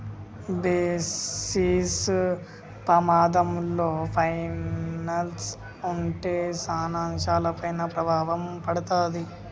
basis పమాధంలో పైనల్స్ ఉంటే సాన అంశాలపైన ప్రభావం పడతాది